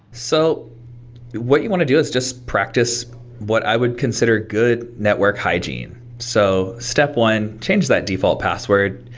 so what you want to do is just practice what i would consider good network hygiene. so step one, change that default password,